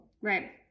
Right